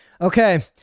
Okay